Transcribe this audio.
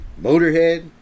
Motorhead